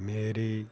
ਮੇਰੀ